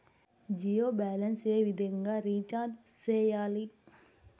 Jio balance ఏ విధంగా recharge సేయాలి?